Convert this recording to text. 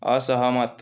असहमत